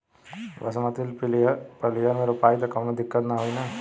बासमती पलिहर में रोपाई त कवनो दिक्कत ना होई न?